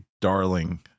darling